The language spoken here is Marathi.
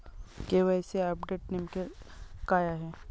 के.वाय.सी अपडेट नेमके काय आहे?